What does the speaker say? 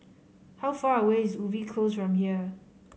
how far away is Ubi Close from here